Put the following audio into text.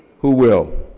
who will?